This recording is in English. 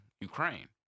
Ukraine